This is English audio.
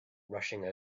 rushing